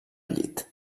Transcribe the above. llit